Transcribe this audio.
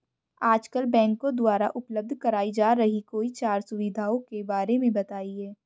आजकल बैंकों द्वारा उपलब्ध कराई जा रही कोई चार सुविधाओं के बारे में बताइए?